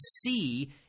see